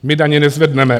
My daně nezvedneme.